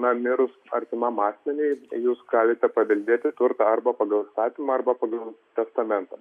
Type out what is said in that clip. na mirus artimam asmeniui jūs galite paveldėti turtą arba pagal įstatymą arba pagal testamentą